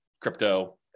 crypto